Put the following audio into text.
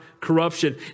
corruption